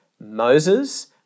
Moses